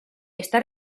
está